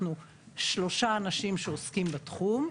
אנחנו שלושה אנשים שעוסקים בתחום.